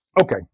Okay